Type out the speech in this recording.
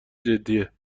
جدیه